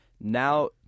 Now